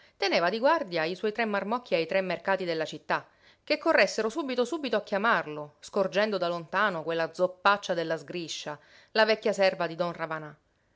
teneva di guardia i suoi tre marmocchi ai tre mercati della città che corressero subito subito a chiamarlo scorgendo da lontano quella zoppaccia della sgriscia la vecchia serva di don ravanà dal